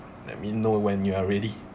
let me know when you are ready